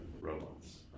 robots